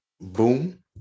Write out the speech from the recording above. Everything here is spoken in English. boom